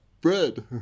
Bread